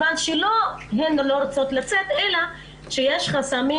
לא מכיוון שהן לא רוצות לצאת אלא מכיוון שיש חסמים